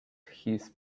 his